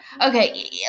Okay